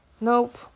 Nope